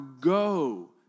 go